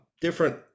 different